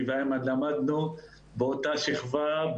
אני ואיימן למדנו באותה שכבה,